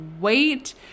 wait